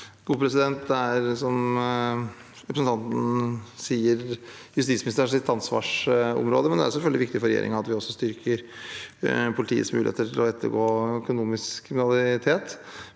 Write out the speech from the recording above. Det er, som representanten sier, justisministerens ansvarsområde, men det er selvfølgelig viktig for regjeringen at vi også styrker politiets muligheter til å etterforske økonomisk kriminalitet.